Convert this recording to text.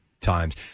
times